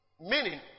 meaning